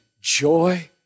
joy